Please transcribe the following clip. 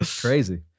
Crazy